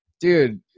dude